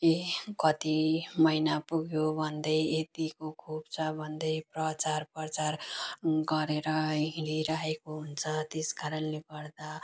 ये कति महिना पुग्यो भन्दै यतिको खोप छ भन्दै प्रचार प्रसार गरेर हिँडिरहेको हुन्छ त्यस कारणले गर्दा